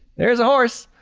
there's a horse!